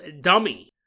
dummy